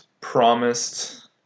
promised